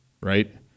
right